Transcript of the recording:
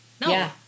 no